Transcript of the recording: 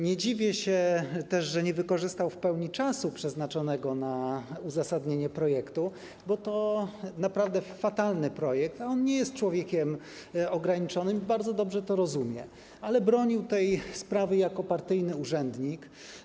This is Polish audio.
Nie dziwię się też, że nie wykorzystał w pełni czasu przeznaczonego na uzasadnienie projektu, bo to naprawdę fatalny projekt, a on nie jest człowiekiem ograniczonym i bardzo dobrze to rozumie, ale bronił tej sprawy jako partyjny urzędnik.